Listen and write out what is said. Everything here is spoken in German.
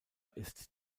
ist